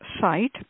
site